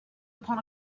upon